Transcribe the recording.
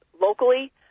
locally